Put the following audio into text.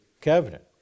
covenant